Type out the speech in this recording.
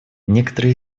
некоторые